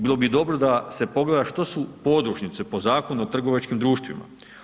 Bilo bi dobro da se pogleda što su podružnice po Zakonu o trgovačkim društvima.